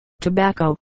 tobacco